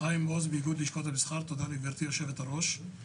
וכך, בענייני רגולציה אני חושב --- הוא לא